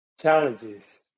challenges